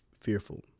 fearful